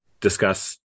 discuss